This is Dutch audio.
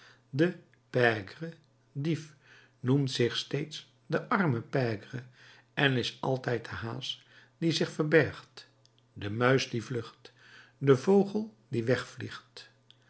de pègre dief noemt zich steeds den armen pègre en is altijd de haas die zich verbergt de muis die vlucht de vogel die wegvliegt